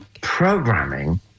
programming